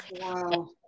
Wow